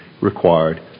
required